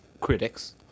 critics